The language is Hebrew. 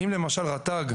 אם למשל רט"ג,